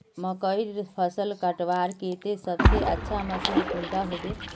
मकईर फसल कटवार केते सबसे अच्छा मशीन कुंडा होबे?